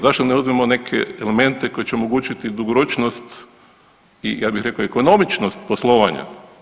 Zašto ne uzmemo neke elemente koji će omogućiti dugoročnost i, ja bih rekao, ekonomičnost poslovanja?